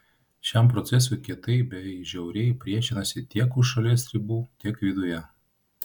šiam procesui kietai bei žiauriai priešinasi tiek už šalies ribų tiek viduje